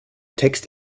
text